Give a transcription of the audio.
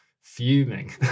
fuming